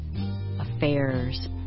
affairs